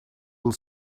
will